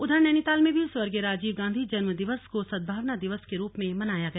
उधर नैनीताल में भी स्वर्गीय राजीव गांधी जन्म दिवस को सद्भावना दिवस के रूप में मनाया गया